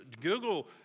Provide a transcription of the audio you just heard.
Google